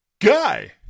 guy